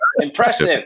Impressive